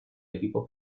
equipo